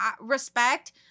respect